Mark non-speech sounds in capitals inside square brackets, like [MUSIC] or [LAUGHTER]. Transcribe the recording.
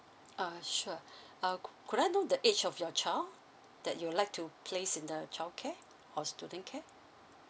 err sure [BREATH] uh could I know the age of your child that you would like to place in the childcare or student care